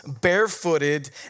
barefooted